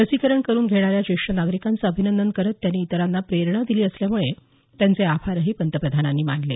लसीकरण करुन घेण्याऱ्या ज्येष्ठ नागरिकांचं अभिनंदन करत त्यांनी इतरांना प्रेरणा दिली असल्यामुळे त्यांचं आभारही पंतप्रधानांनी मानले